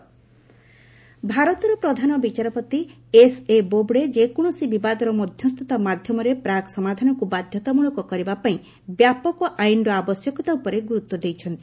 CJI mediation ଭାରତର ପ୍ରଧାନ ବିଚାରପତି ଏସ୍ଏ ବୋବ୍ଡେ ଯେକୌଣସି ବିବାଦର ମଧ୍ୟସ୍ଥତା ମାଧ୍ୟମରେ ପ୍ରାକ୍ ସମାଧାନକୁ ବାଧ୍ୟତାମୂଳକ କରିବାପାଇଁ ବ୍ୟାପକ ଆଇନର ଆବଶ୍ୟକତା ଉପରେ ଗୁରୁତ୍ୱ ଦେଇଛନ୍ତି